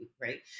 Right